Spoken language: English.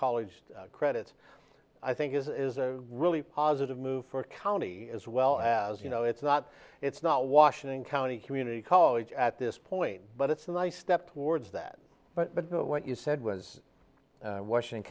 college credits i think is a really positive move for county as well as you know it's not it's not washington county community college at this point but it's a nice step towards that but what you said was washing